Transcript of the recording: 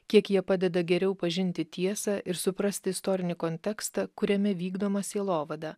kiek jie padeda geriau pažinti tiesą ir suprasti istorinį kontekstą kuriame vykdoma sielovada